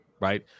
right